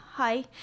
Hi